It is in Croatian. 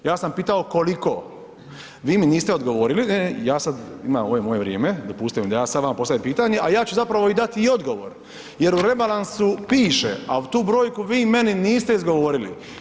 Ja sam pitao koliko, vi mi niste odgovorili i ja sada, ovo je moje vrijeme dopustite mi da ja sada vama postavim pitanje, a ja ću zapravo dati i odgovor jer u rebalansu piše, a tu brojku vi meni niste izgovorili.